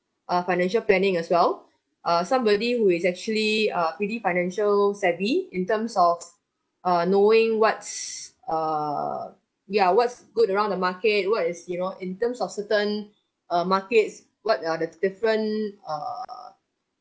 uh financial planning as well uh somebody who is actually uh pretty financial savvy in terms of uh knowing what's err ya what's good around the market what is you know in terms of certain uh markets what are the different err